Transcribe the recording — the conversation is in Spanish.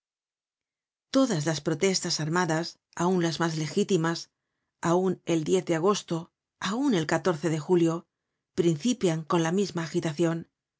todas las protestas armadas aun las mas legítimas aun el de agosto aun el de julio principian por la misma agitacion